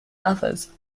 others